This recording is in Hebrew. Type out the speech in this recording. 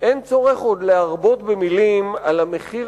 אין צורך עוד להרבות במלים על המחיר